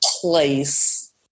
place